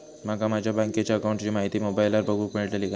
माका माझ्या बँकेच्या अकाऊंटची माहिती मोबाईलार बगुक मेळतली काय?